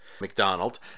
McDonald